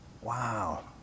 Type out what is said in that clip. Wow